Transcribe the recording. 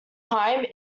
time